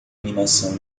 animação